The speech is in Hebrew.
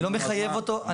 אני לא מחייב אותו.